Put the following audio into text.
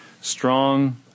strong